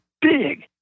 big